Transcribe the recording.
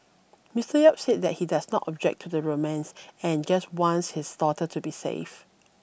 Mister Yap said that he does not object to the romance and just wants his daughter to be safe